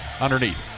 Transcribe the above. underneath